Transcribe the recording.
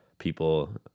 People